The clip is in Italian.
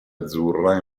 azzurra